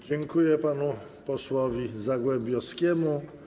Dziękuję panu posłowi zagłębiowskiemu.